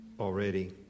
already